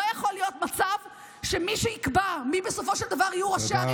לא יכול להיות מצב שמי שיקבע מי בסופו של דבר יהיו ראשי ערים